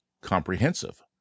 Comprehensive